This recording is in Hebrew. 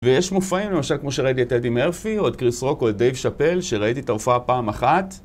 ויש מופעים, למשל כמו שראיתי את אדי מרפי, או את קריס רוק או את דייב שאפל, שראיתי את ההופעה פעם אחת.